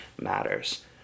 matters